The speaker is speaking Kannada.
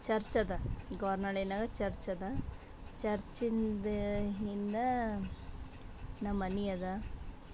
ಚರ್ಚ್ ಅದ ಗೋರ್ನಳ್ಳಿನಾಗೆ ಚರ್ಚ್ ಅದ ಚರ್ಚಿಂದ ಹಿಂದೆ ನಮ್ಮಮನೆ ಅದ